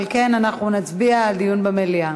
ועל כן אנחנו נצביע על דיון במליאה.